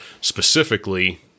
specifically